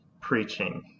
preaching